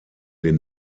den